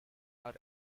our